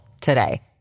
today